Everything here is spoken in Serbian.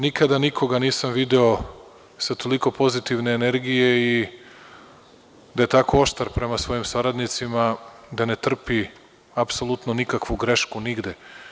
Nikada nikoga nisam video sa toliko pozitivne energije i da je tako oštar prema svojim saradnicima, da ne trpi apsolutno nikakvu grešku nigde.